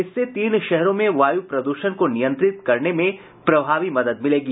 इससे तीनों शहरों में वाय् प्रद्षण को नियंत्रित करने में प्रभावी मदद मिलेगी